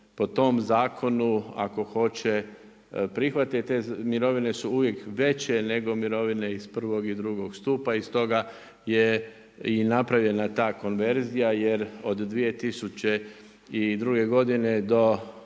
po tom zakonu, ako hoće prihvatit te mirovine su uvijek veće nego mirovine iz prvog i drugog stupa i stoga je i napravljena ta konverzija, jer od 2002. godine do